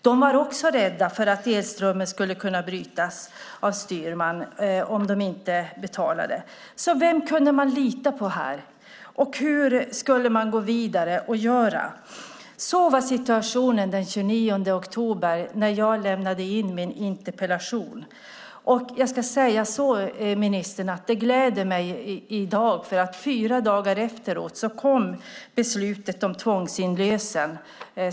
De var också rädda för att elströmmen skulle kunna brytas av Styrman om de inte betalade. Vem kunde man lite på här? Och hur skulle man gå vidare? Så var situationen den 29 oktober när jag lämnade in min interpellation. Ministern! Jag gläds i dag, för fyra dagar efteråt kom beslutet om tvångsinlösen.